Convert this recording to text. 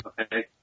Okay